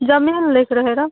जमीन लैके रहए रऽ